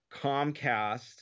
Comcast